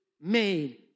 made